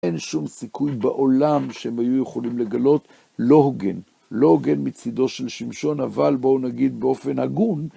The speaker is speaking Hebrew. אין שום סיכוי בעולם שהם היו יכולים לגלות, לא הוגן, לא הוגן מצידו של שמשון, אבל בואו נגיד באופן הגון